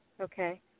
Okay